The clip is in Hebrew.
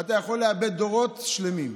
אתה יכול לאבד דורות שלמים.